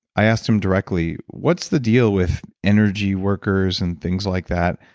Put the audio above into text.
i asked him directly what's the deal with energy workers and things like that?